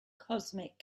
cosmic